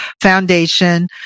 Foundation